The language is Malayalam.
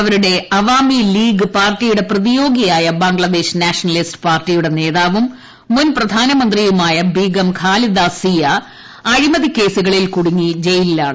അവരുടെ അവാമീ ലീഗ് പാർട്ടിയുടെ പ്രതിയോഗിയായ ബംഗ്ലാദേശ് നാഷണലിസ്റ്റ് പാർട്ടിയുടെ നേതാവും മുൻ പ്രധാനമന്ത്രിയുമായ ബീഗം ഖാലിദാ സിയാ അഴിമതിക്കേസുകളിൽ കുടുങ്ങി ജയിലിലാണ്